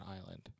island